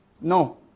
No